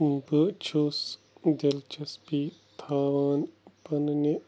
بہٕ چھُس دِلچَسپی تھاوان پَنٛنہِ